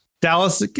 Dallas